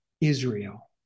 Israel